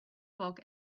book